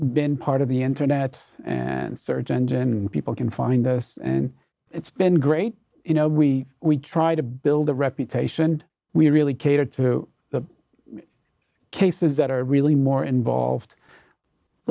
been part of the internet and search engine and people can find us and it's been great you know we we try to build a reputation and we really cater to the cases that are really more involved a